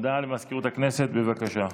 הודעה למזכירות הכנסת, בבקשה.